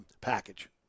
package